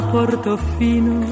Portofino